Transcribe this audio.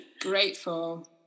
grateful